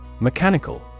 Mechanical